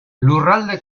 lurralde